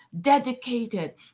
dedicated